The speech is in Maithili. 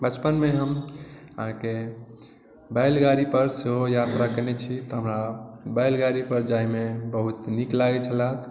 बचपनमे हम अहाँके बैलगाड़ीपर सेहो यात्रा केने छी तऽ हमरा बैलगाड़ीपर जाइमे बहुत नीक लागै छलै